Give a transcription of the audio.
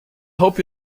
hope